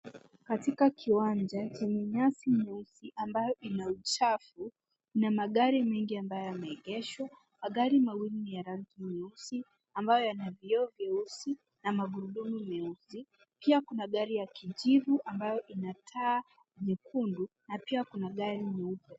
Katika kiwanja chenye nyasi nyeusi ambayo ina uchafu na magari mengi ambayo yameegeshwa. Magari mawili ni ya rangi nyeusi ambayo yana vioo vieusi na magurudumu meusi. Pia kuna gari ya kijivu ambayo ina taa nyekundu na pia kuna gari nyeupe.